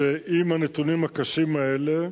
שלנוכח הנתונים הקשים האלה,